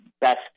best